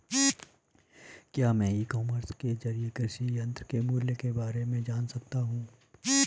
क्या मैं e commerce के ज़रिए कृषि यंत्र के मूल्य में बारे में जान सकता हूँ?